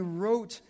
wrote